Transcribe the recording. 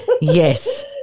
Yes